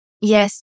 Yes